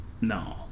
No